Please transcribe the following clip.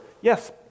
Yes